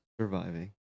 surviving